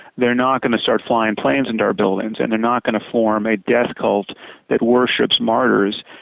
they're not going to start flying planes into our buildings and they're not going to form a death cult that worships martyrs.